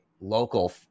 local